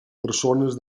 persones